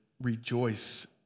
rejoice